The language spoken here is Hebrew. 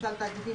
ממשל תאגידי,